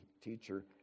teacher